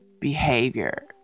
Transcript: behavior